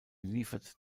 liefert